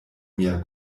mia